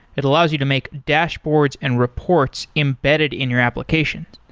it allows you to make dashboards and reports embedded in your applications.